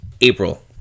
April